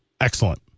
Excellent